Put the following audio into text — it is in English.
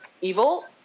evil